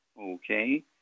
Okay